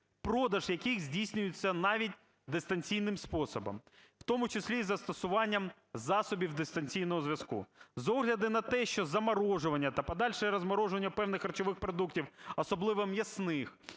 продаж яких здійснюється навіть дистанційним способом, в тому числі і з застосуванням засобів дистанційного зв'язку. З огляду на те, що заморожування та подальше розморожування певних харчових продуктів, особливо м'ясних,